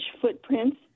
footprints